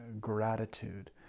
gratitude